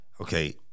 okay